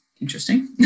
interesting